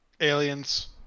Aliens